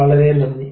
വളരെ നന്ദി